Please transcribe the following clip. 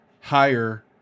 higher